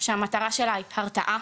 שהמטרה היא הרתעה